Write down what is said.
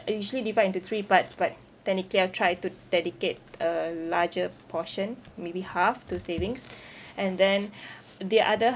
I usually divide into three parts but technically I'll try to dedicate a larger portion maybe half to savings and then the other